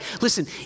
Listen